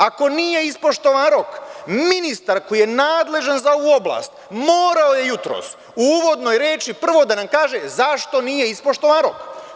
Ako nije ispoštovan rok, ministar koji je nadležan za ovu oblast, morao je jutros u uvodnoj reči prvo da nam kaže zašto nije ispoštovan rok.